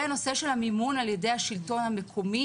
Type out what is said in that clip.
נושא של המימון על ידי השלטון המקומי